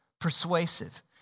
persuasive